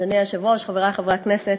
אדוני היושב-ראש, חברי חברי הכנסת,